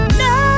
no